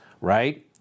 Right